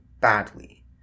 badly